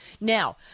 Now